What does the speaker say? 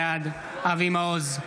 בעד אבי מעוז,